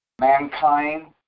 Mankind